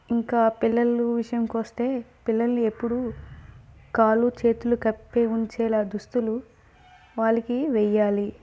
ఇంకా పిల్లలు విషయానికొస్తే పిల్లలు ఎప్పుడు కాళ్ళు చేతులు కప్పి ఉంచేలా దుస్తులు వాళ్ళకి వెయ్యాలి